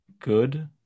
good